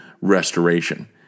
restoration